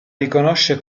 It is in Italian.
riconosce